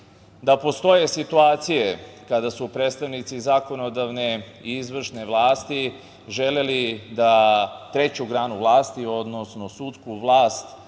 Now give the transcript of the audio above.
postoje situacije kada su predstavnici zakonodavne i izvršne vlasti želeli da treću granu vlasti, odnosno da sudsku vlast